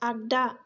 आग्दा